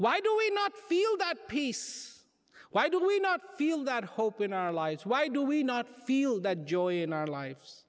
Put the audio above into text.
why do we not feel that peace why do we not feel that hope in our lives why do we not feel that joy in our lives